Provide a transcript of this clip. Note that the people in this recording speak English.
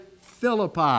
Philippi